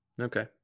okay